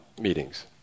meetings